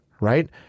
right